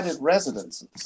residences